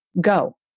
Go